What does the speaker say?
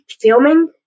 filming